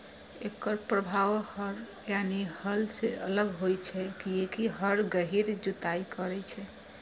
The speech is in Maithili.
एकर प्रभाव हर यानी हल सं अलग होइ छै, कियैकि हर गहींर जुताइ करै छै